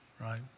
Right